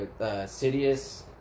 Sidious